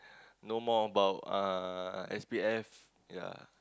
no more about uh S_P_F yeah